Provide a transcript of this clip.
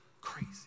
crazy